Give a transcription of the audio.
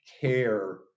care